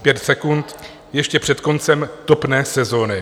Pět sekund ještě před koncem topné sezony.